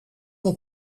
wel